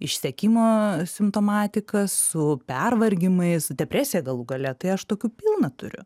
išsekimo simptomatika su pervargimais depresija galų gale tai aš tokių pilna turiu